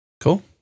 cool